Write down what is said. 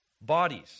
Bodies